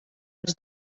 als